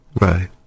Right